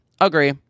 agree